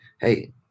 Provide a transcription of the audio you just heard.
hey